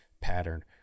pattern